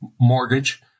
mortgage